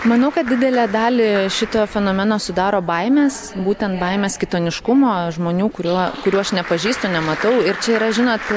manau kad didelę dalį šito fenomeno sudaro baimės būtent baimės kitoniškumo žmonių kurių kurių aš nepažįstu nematau ir čia yra žinot